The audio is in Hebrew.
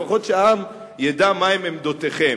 לפחות שהעם ידע מהן עמדותיכם,